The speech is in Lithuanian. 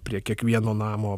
prie kiekvieno namo